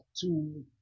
two